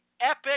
epic